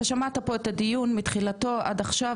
אתה שמעת פה את הדיון מתחילתו עד עכשיו,